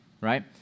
right